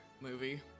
movie